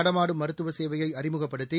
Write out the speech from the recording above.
நடமாடும் மருத்துவ சேவையை அறிமுகப்படுத்தி